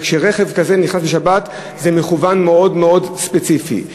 כשרכב כזה נכנס בשבת זה מכוון, מאוד מאוד ספציפי.